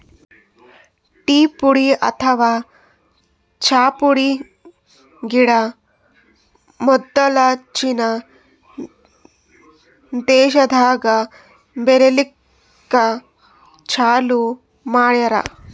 tea ಪುಡಿ ಅಥವಾ ಚಾ ಪುಡಿ ಗಿಡ ಮೊದ್ಲ ಚೀನಾ ದೇಶಾದಾಗ್ ಬೆಳಿಲಿಕ್ಕ್ ಚಾಲೂ ಮಾಡ್ಯಾರ್